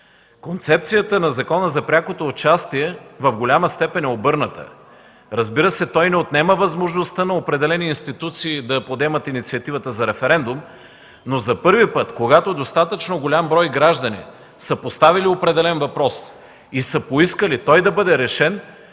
Концепцията на Закона за прякото участие в голяма степен е обърната. Разбира се, той не отнема възможността на определени институции да подемат инициативата за референдум, но за първи път, когато достатъчно голям брой граждани са поставили определен въпрос и са поискали той да бъде решен,